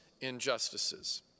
injustices